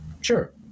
Sure